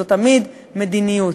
זו תמיד מדיניות,